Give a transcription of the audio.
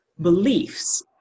beliefs